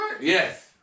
Yes